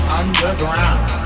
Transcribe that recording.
underground